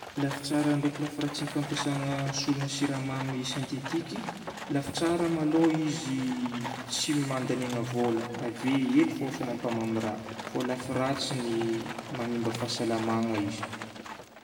Lafy tsara ndraiky lafy ratsin'ny fampiasagna solona siramamy sentetiky. Lafy tsara malôha izy tsy andaniagna vola, ave hely fô efa mampamamy rà. Fô lafy ratsiny manimba fahasalamagna izy.